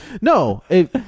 No